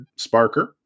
Sparker